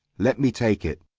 let me take it.